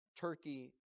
turkey